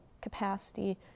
capacity